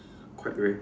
quite rare